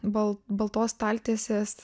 bal baltos staltiesės